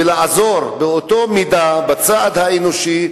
ולעזור באותה מידה בצעד האנושי.